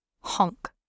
honk